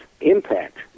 impact